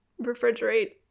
refrigerate